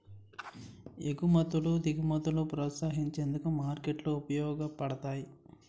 ఎగుమతులు దిగుమతులను ప్రోత్సహించేందుకు మార్కెట్లు ఉపయోగపడతాయి